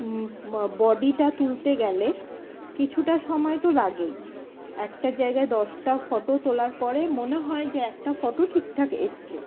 বডিটা তুলতে গেলে কিছুটা সময় তো লাগেই একটা জায়গায় দশটা ফটো তোলার পরে মনে হয় যে একটা ফটো ঠিকঠাক এসছে